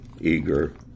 eager